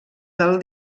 del